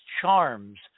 charms